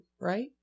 right